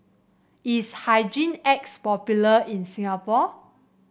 is Hygin X popular in Singapore